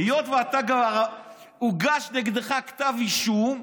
היות שהוגש נגדך כתב אישום,